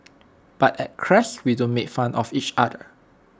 but at Crest we don't make fun of each other